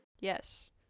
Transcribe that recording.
Yes